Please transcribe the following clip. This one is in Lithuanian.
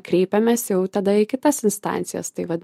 kreipiames jau tada į kitas instancijas tai vat